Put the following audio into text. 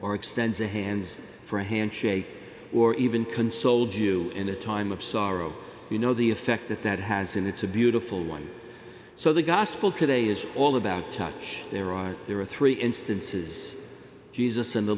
or extends a hands for a handshake or even consoled you in a time of sorrow you know the effect that that has and it's a beautiful one so the gospel today is all about touch there are there are three instances jesus and the